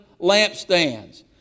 lampstands